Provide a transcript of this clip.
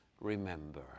remember